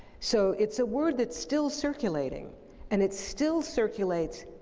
so, it's a word that's still circulating and it still circulates